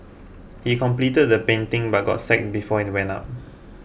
he completed the painting but got sack before it went up